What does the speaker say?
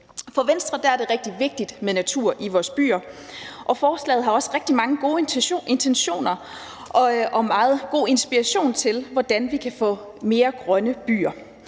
For Venstre er det rigtig vigtigt med natur i vores byer, og forslaget har også rigtig mange gode intentioner og meget god inspiration til, hvordan vi kan få mere grønne byer.